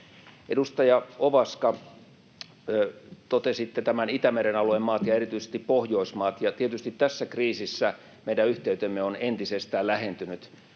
Edustaja Ovaska, totesitte Itämeren alueen maista ja erityisesti Pohjoismaista. Tietysti tässä kriisissä meidän yhteytemme myöskin